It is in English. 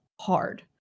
hard